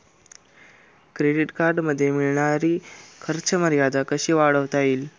Credit कार्डमध्ये मिळणारी खर्च मर्यादा कशी वाढवता येईल?